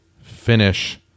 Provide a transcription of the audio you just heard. finish